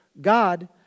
God